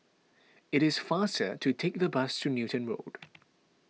it is faster to take the bus to Newton Road